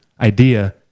idea